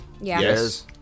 Yes